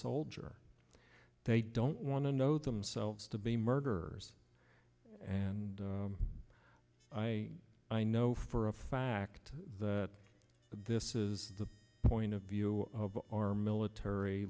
soldier they don't want to know themselves to be murderers and i i know for a fact that this is the point of view of our military